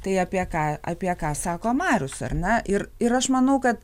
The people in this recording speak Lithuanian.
tai apie ką apie ką sako marius ar ne ir ir aš manau kad